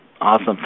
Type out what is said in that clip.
Awesome